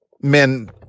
Men